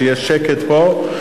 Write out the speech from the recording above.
שיהיה שקט פה.